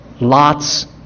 Lot's